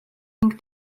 ning